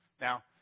Now